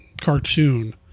cartoon